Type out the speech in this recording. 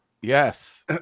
Yes